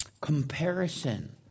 comparison